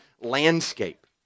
landscape